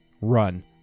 run